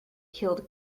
killed